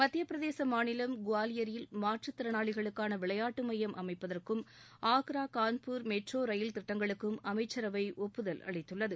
மத்தியப்பிரதேச மாநிலம் குவாலியரில் மாற்றுத்திறனாளிகளுக்கான விளையாட்டு மையம் அமைப்பதற்கும் ஆக்ரா கான்பூர் மெட்ரோ ரயில் திட்டங்களுக்கும் அமைச்சரவை ஒப்புதல் அளித்துள்ளது